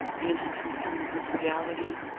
is concerned with reality,